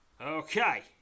Okay